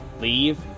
leave